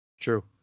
True